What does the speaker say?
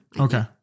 Okay